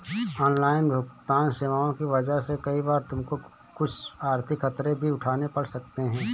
online भुगतन्न सेवाओं की वजह से कई बार तुमको कुछ आर्थिक खतरे भी उठाने पड़ सकते हैं